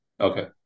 Okay